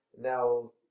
Now